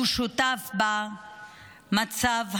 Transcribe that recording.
הוא שותף במצב הנוכחי.